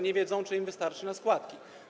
Nie wiedzą, czy im wystarczy na składki.